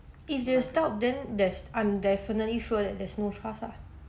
if there's doubt then there's I'm definitely sure that there's no trust ah